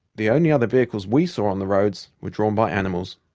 the only other vehicles we saw on the road so were drawn by animals.